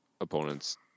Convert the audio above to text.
opponent's